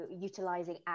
utilizing